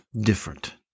different